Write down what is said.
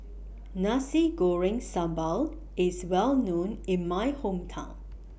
Nasi Goreng Sambal IS Well known in My Hometown